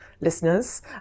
listeners